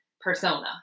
persona